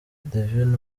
divine